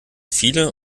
viele